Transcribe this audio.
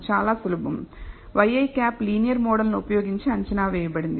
చాలా సులభంŷi లీనియర్ మోడల్ను ఉపయోగించి అంచనా వేయబడింది